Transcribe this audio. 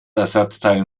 ersatzteil